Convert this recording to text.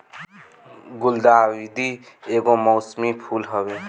गुलदाउदी एगो मौसमी फूल हवे